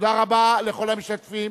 תודה רבה לכל המשתתפים.